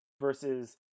versus